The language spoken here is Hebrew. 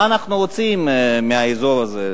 מה אנחנו רוצים מהאזור הזה?